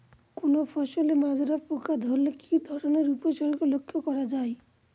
কোনো ফসলে মাজরা পোকা ধরলে কি ধরণের উপসর্গ লক্ষ্য করা যায়?